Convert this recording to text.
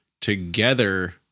together